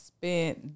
spent